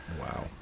Wow